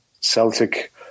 Celtic